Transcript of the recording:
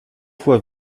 fois